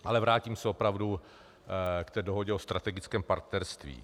Ale vrátím se opravdu k dohodě o strategickém partnerství.